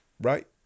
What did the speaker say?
Right